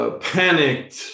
Panicked